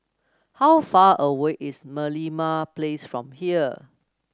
how far away is Merlimau Place from here